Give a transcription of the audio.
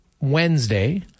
Wednesday